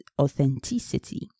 authenticity